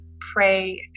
pray